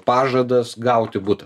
pažadas gauti butą